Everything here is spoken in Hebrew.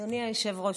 אדוני היושב-ראש,